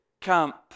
camp